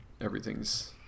everything's